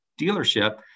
dealership